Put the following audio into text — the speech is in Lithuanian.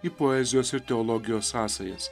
į poezijos ir teologijos sąsajas